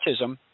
autism